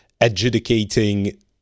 adjudicating